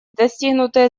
достигнутые